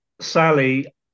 Sally